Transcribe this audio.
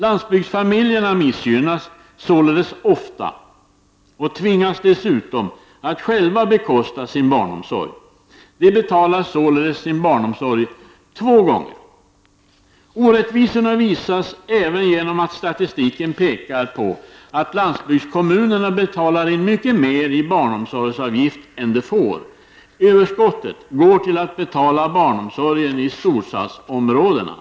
Landsbygdsfamiljer missgynnas således ofta och tvingas dessutom att själva bekosta sin barnomsorg. De betalar sin barnomsorg två gånger. Orättvisorna visas även genom att statistiken pekar på att landsbygdskommunerna betalar in mycket mer i barnomsorgsavgift än de får. Överskottet går till att betala barnomsorgen i storstadsområdena.